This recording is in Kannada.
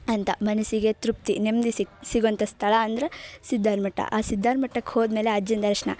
ಅಂತ ಮನಸ್ಸಿಗೆ ತೃಪ್ತಿ ನೆಮ್ಮದಿ ಸಿಗುವಂಥ ಸ್ಥಳ ಅಂದರೆ ಸಿದ್ದಾರಮಠ ಆ ಸಿದ್ದಾರ್ಮಮಠಕ್ಕೆ ಹೋದಮೇಲೆ ಅಜ್ಜನ ದರ್ಶನ